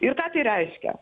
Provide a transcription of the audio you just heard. ir ką tai reiškia